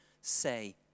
say